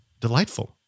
delightful